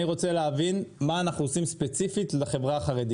אני רוצה להבין מה אנחנו עושים ספציפית לחברה החרדית.